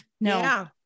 No